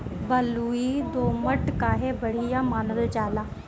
बलुई दोमट काहे बढ़िया मानल जाला?